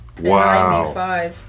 Wow